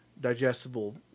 digestible